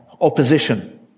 opposition